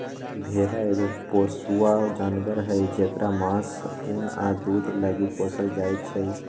भेड़ा एगो पोसुआ जानवर हई जेकरा मास, उन आ दूध लागी पोसल जाइ छै